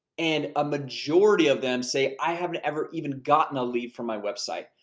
and a majority of them say, i haven't ever even gotten a lead from my website,